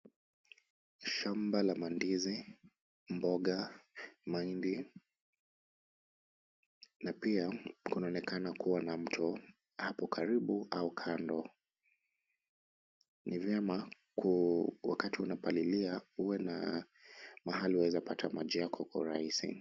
Shamba la mandizi ,mboga, mahindi, na pia kunaonekana kua na mtu hapo karibu au kando , ni vyema wakati unapalilia uwe na mahali unawezapata maji yako kwa urahisi .